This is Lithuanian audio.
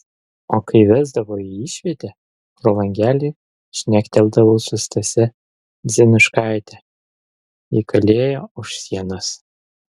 o kai vesdavo į išvietę pro langelį šnekteldavau su stase dzenuškaite ji kalėjo už sienos